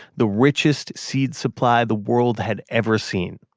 the richest seed supply the world had ever seen,